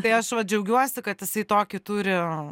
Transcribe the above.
tai aš vat džiaugiuosi kad jisai tokį turi